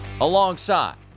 alongside